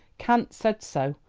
kant said so,